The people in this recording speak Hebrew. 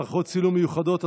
40) (מערכות צילום מיוחדות),